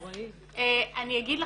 אז אני אגיד לכם,